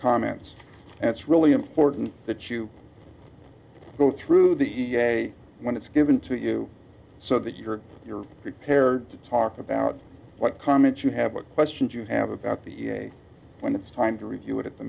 comments and it's really important that you go through the day when it's given to you so that you're you're prepared to talk about what comments you have a questions you have about the when it's time to review it at the